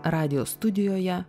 radijo studijoje